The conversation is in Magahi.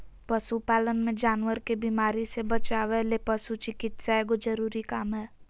पशु पालन मे जानवर के बीमारी से बचावय ले पशु चिकित्सा एगो जरूरी काम हय